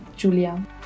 Julia